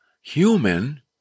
human